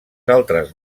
altres